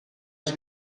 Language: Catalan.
els